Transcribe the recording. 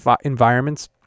environments